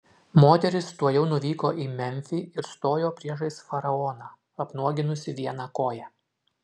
moteris tuojau nuvyko į memfį ir stojo priešais faraoną apnuoginusi vieną koją